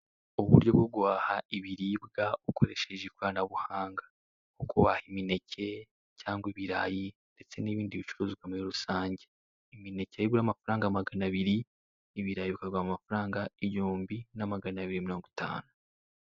Uburyo bwo guhaha ibiribwa ukoresheje ikoranabuhanga guhaha imineke cyangwa ibirayi ndetse n'ibindi bicuruzwa muri rusange, imineke aho igura amafaranga maganabiri, ibirayi bikagura amafaranga igihumbi na maganabiri mirongo itanu.